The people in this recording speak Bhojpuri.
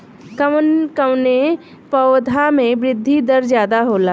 कवन कवने पौधा में वृद्धि दर ज्यादा होला?